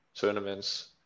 tournaments